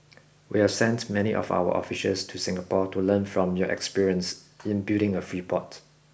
we have sent many of our officials to Singapore to learn from your experience in building a free port